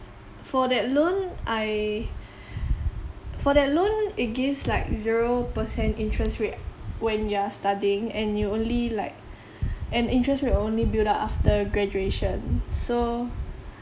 for that loan I for that loan it gives like zero per cent interest rate when you're studying and you only like and interest rate will only build up after graduation so